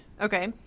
Okay